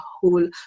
whole